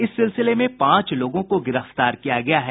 इस सिलसिले में पांच लोगों को गिरफ्तार किया गया है